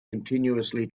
continuously